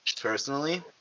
personally